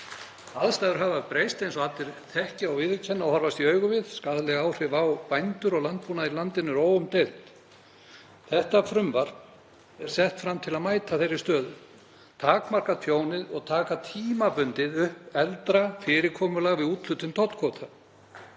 Aðstæður hafa breyst eins og allir þekkja og viðurkenna og horfast í augu við. Skaðleg áhrif á bændur og landbúnað í landinu eru óumdeild. Þetta frumvarp er sett fram til að mæta þeirri stöðu, takmarka tjónið og taka tímabundið upp eldra fyrirkomulag við úthlutun tollkvóta.